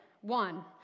One